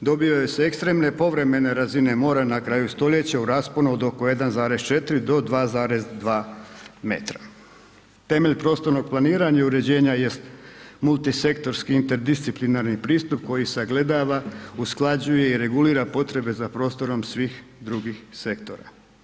dobiju se ekstremne povremene razine mora na kraju stoljeća u rasponu od oko 1,4 do 2,2 m. Temelj prostornog planiranja i uređenja jest multisektorski interdisciplinarni pristup koji sagledava, usklađuje i regulira potrebe za prostorom svih drugih sektora.